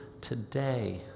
today